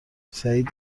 سعید